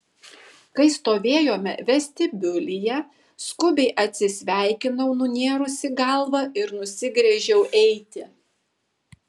kai stovėjome vestibiulyje skubiai atsisveikinau nunėrusi galvą ir nusigręžiau eiti